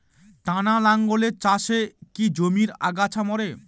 টানা লাঙ্গলের চাষে কি জমির আগাছা মরে?